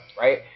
right